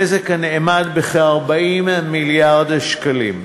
נזק הנאמד ב-40 מיליארד שקלים.